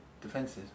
defenses